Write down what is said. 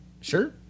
sure